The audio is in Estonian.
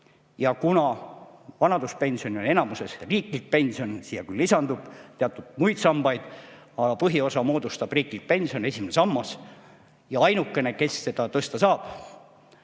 Kuna vanaduspension on enamuses riiklik pension – siia küll lisandub teatud muid sambaid, aga põhiosa moodustab riikliku pensioni esimene sammas –, siis ainukene, kes seda tõsta saab,